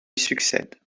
succède